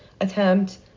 attempt